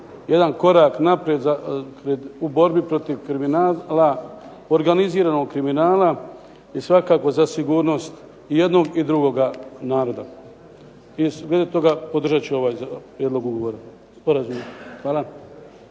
jedan korak naprijed u borbi protiv kriminala, organiziranog kriminala i svakako za sigurnost i jednog i drugoga naroda i iz iznijetoga podržat ću ovaj prijedlog ugovora,